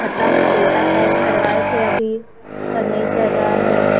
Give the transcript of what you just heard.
ختم data pack بھروائے تھے ابھی پر نہیں چل رہا ہے